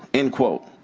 end quote.